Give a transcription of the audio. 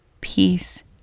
peace